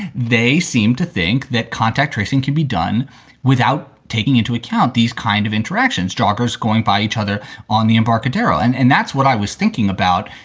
they seem to think that contact tracing can be done without taking into account these kind of interactions, joggers going by each other on the embarcadero. and and that's what i was thinking about.